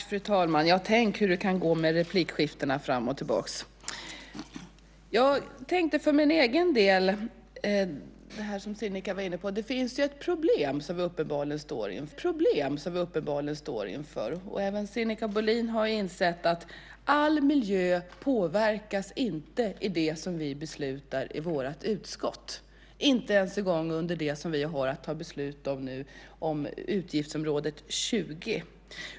Fru talman! Ja, tänk hur det kan gå med replikskiftena fram och tillbaka. Sinikka var inne på ett problem som vi uppenbarligen står inför. Även Sinikka Bohlin har insett att all miljö inte påverkas av det som vi beslutar i vårt utskott, inte ens en gång under det område vi har att fatta beslut om nu, utgiftsområdet 20.